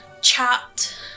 chat